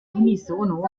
unisono